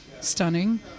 stunning